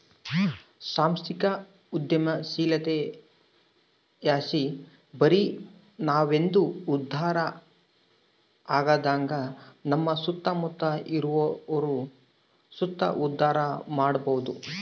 ಸಾಂಸ್ಥಿಕ ಉದ್ಯಮಶೀಲತೆಲಾಸಿ ಬರಿ ನಾವಂದೆ ಉದ್ಧಾರ ಆಗದಂಗ ನಮ್ಮ ಸುತ್ತಮುತ್ತ ಇರೋರ್ನು ಸುತ ಉದ್ಧಾರ ಮಾಡಬೋದು